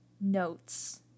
notes